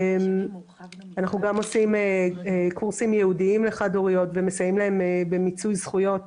אנחנו גם עושים קורסים ייעודיים לחד-הוריות ומסייעים להן במיצוי זכויות